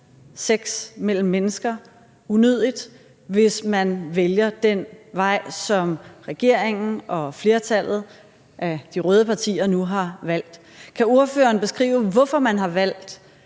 sex mellem mennesker unødigt, hvis man vælger den vej, som regeringen og flertallet af de røde partier nu har valgt. Kan ordføreren beskrive, hvorfor man har valgt